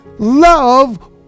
Love